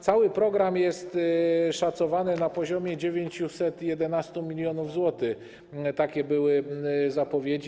Cały program jest szacowany na poziomie 911 mln zł, takie były zapowiedzi.